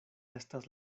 estas